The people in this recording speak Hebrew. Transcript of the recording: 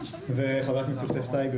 וחבר הכנסת יוסף טייב,